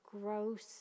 Gross